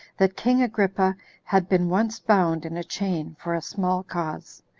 that king agrippa had been once bound in a chain for a small cause,